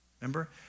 remember